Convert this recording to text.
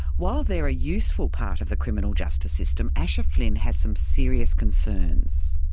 while they're a useful part of the criminal justice system, asher flynn has some serious concerns.